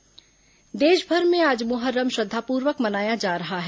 मुहर्रम देशभर में आज मुहर्रम श्रद्वापूर्वक मनाया जा रहा है